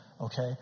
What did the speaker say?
okay